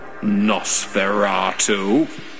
Nosferatu